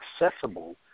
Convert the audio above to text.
accessible